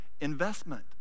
investment